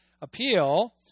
appeal